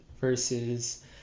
versus